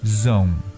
Zone